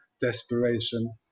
desperation